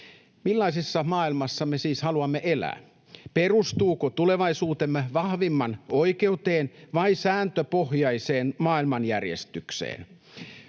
Millaisessa maailmassa me siis haluamme elää? Perustuuko tulevaisuutemme vahvimman oikeuteen vai sääntöpohjaiseen maailmanjärjestykseen?